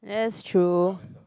that's true